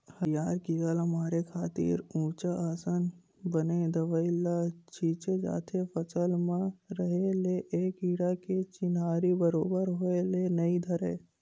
हरियर कीरा ल मारे खातिर उचहाँ असन बने दवई ल छींचे जाथे फसल म रहें ले ए कीरा के चिन्हारी बरोबर होय ल नइ धरय